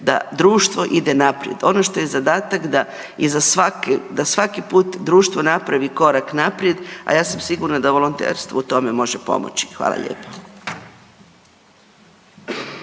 da društvo ide naprijed. Ono što je zadatak da iza svake, da svaki put društvo napravi korak naprijed, a ja sam sigurna da volonterstvo u tome može pomoći. Hvala lijepo.